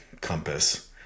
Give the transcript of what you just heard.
compass